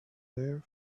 their